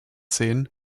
sehen